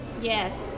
Yes